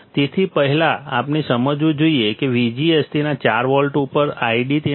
તેથી પહેલા આપણે સમજવું જોઈએ કે VGS તેના 4 વોલ્ટ ઉપર ID તેના 3